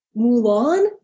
Mulan